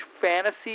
fantasy